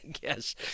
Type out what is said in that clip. Yes